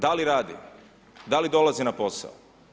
Da li radi, da li dolazi na posao?